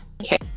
Okay